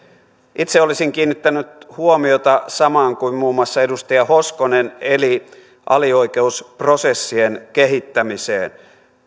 itse olisin kiinnittänyt huomiota samaan kuin muun muassa edustaja hoskonen eli alioikeusprosessien kehittämiseen